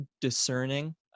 discerning